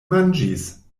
manĝis